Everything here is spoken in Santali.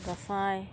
ᱫᱟᱸᱥᱟᱭ